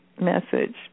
message